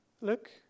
Look